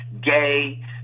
gay